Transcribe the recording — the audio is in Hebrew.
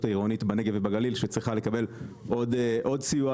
העירונית בנגב ובגליל שצריכה לקבל עוד סיוע,